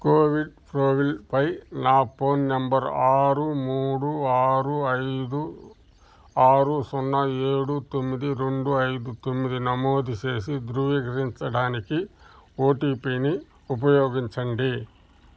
Covid ఫ్రోవిల్పై నా phone number ఆరు మూడు ఆరు ఐదు ఆరు సున్నా ఏడు తొమ్మిది రెండు ఐదు తొమ్మిది నమోదు చేసి ధృవీకరించడానికి ఓటిపీని ఉపయోగించండి